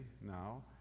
now